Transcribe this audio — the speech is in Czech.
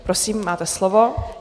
Prosím, máte slovo.